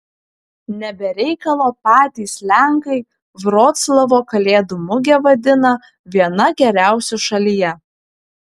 ne be reikalo patys lenkai vroclavo kalėdų mugę vadina viena geriausių šalyje